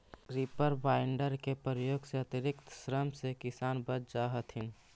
reaper binder के प्रयोग से अतिरिक्त श्रम से किसान बच जा हथिन